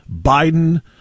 Biden